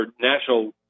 national